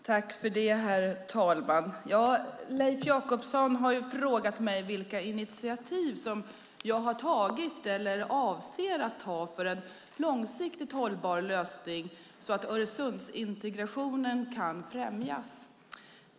Herr talman! Leif Jakobsson har frågat mig vilka initiativ jag har tagit eller avser att ta för en långsiktigt hållbar lösning så att Öresundsintegrationen kan främjas.